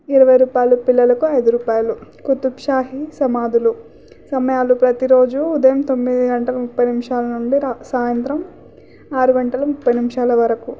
ఇరవై రూపాయలు పిల్లలకు ఐదు రూపాయలు కుతుబ్షాహీ సమాధులు సమయాలు ప్రతీరోజు ఉదయం తొమ్మిది గంటల ముప్పై నిమిషాల నుండి సాయంత్రం ఆరు గంటల ముప్పై నిమిషాల వరకు